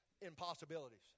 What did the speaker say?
impossibilities